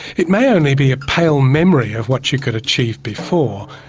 it may only be a pale memory of what you could achieve before,